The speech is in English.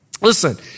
Listen